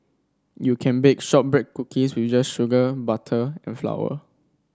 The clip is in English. you can bake shortbread cookies with just sugar butter and flour